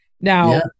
Now